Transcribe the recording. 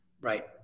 Right